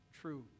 True